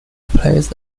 placed